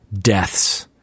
Deaths